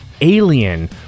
Alien